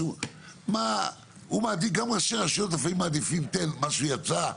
גם ראשי רשויות לפעמים מעדיפים לקבל את מה שיצא.